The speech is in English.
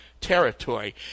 territory